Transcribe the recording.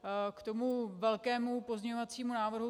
K tomu velkému pozměňovacímu návrhu.